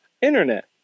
Internet